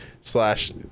slash